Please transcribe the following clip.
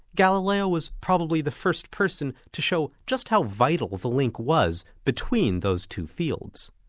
galileo was probably the first person to show just how vital the link was between those two fields.